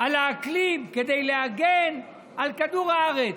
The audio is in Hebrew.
על האקלים, כדי להגן על כדור הארץ.